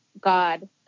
God